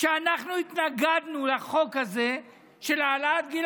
שאנחנו התנגדנו לחוק הזה של העלאת גיל